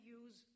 use